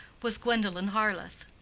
was gwendolen harleth.